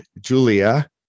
Julia